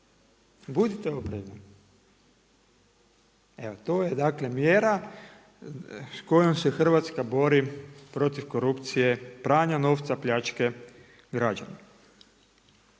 budite oprezni. Evo to je, dakle mjera s kojom se Hrvatska bori protiv korupcije pranja novca, pljačke građana.